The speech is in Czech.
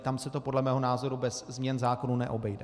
Tam se to podle mého názoru bez změn zákonů neobejde.